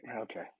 okay